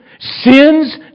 Sin's